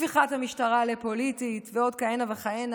הפיכת המשטרה לפוליטית ועוד כהנה וכהנה.